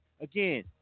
again